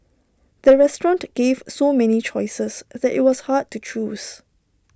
the restaurant gave so many choices that IT was hard to choose